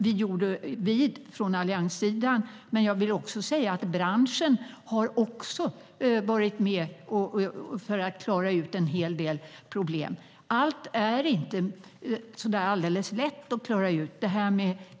Vi från allianssidan men också branschen var med och klarade ut en hel del problem. Men allt är inte så lätt att klara ut.